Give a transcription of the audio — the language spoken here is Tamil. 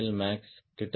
எல்மேக்ஸ் கிட்டத்தட்ட 1